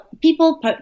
people